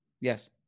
Yes